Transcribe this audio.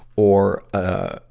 or, a